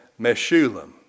Meshulam